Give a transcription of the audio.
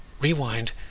Rewind